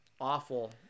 awful